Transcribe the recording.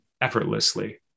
effortlessly